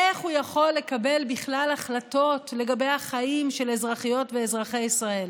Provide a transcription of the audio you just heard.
איך הוא יכול לקבל בכלל החלטות לגבי החיים של אזרחיות ואזרחי ישראל?